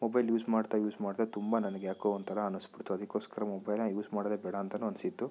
mobile use ಮಾಡ್ತಾ use ಮಾಡ್ತಾ ತುಂಬ ನನ್ಗೆ ಯಾಕೋ ಒಂಥರಾ ಅನಿಸ್ಬಿಡ್ತು ಅದಕ್ಕೋಸ್ಕರ ಮೊಬೈಲ್ನ ಯೂಸ್ ಮಾಡೋದೇ ಬೇಡ ಅಂತಲೂ ಅನಿಸಿತು